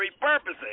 purposes